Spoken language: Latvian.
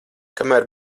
kamēr